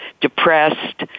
depressed